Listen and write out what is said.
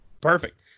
Perfect